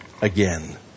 again